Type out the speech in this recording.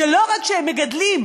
שלא רק שהם מגדלים,